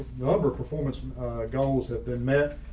number performance goals have been met.